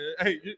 Hey